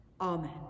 Amen